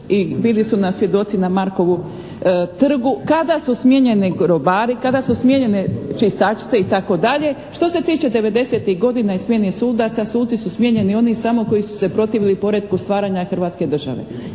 i bili su nam svjedoci na Markovu trgu, kada su smijenjeni robari, kada su smijenjene čistaćice itd. Što se tiče '90. godine i smijene sudaca i suci su smijenjeni oni samo koji su se protivili poretku stvaranja Hrvatske države.